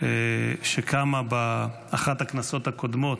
שקמה באחת הכנסות הקודמות,